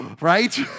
right